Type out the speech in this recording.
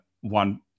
one